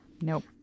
Nope